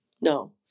no